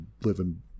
living